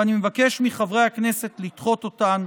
ואני מבקש מחברי הכנסת לדחות אותן,